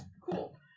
Cool